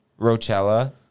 Rochella